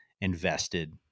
invested